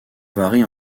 varie